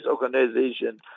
organization